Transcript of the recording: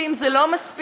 ואם זה לא מספיק,